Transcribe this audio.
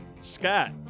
Scott